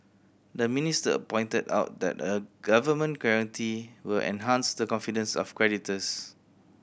the minister pointed out that a government guarantee will enhance the confidence of creditors